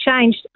changed